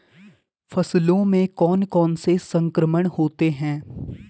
फसलों में कौन कौन से संक्रमण होते हैं?